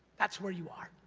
that's where you are!